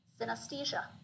synesthesia